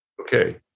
Okay